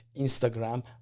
Instagram